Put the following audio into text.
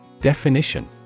Definition